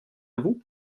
vous